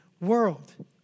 world